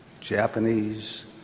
Japanese